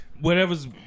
Whatever's